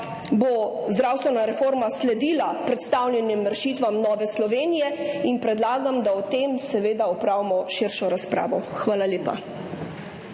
bo zdravstvena reforma sledila predstavljenim rešitvam Nove Slovenije in predlagam, da o tem seveda opravimo širšo razpravo. Hvala lepa.